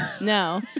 No